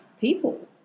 people